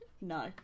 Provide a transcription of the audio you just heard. No